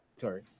Sorry